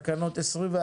הצבעה תקנות 21,